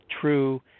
true